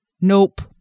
Nope